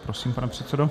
Prosím, pane předsedo.